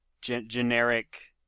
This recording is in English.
generic